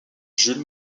jules